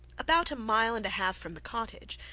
about a mile and a half from the cottage,